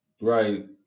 right